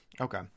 Okay